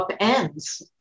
upends